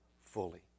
fully